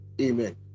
amen